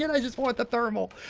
you know i just want the thermal.